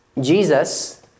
Jesus